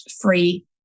free